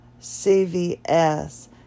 CVS